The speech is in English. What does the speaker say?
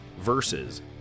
versus